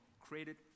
created